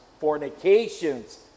fornications